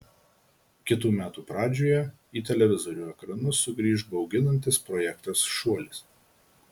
kitų metų pradžioje į televizorių ekranus sugrįš bauginantis projektas šuolis